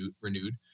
renewed